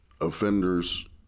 offenders